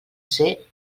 ser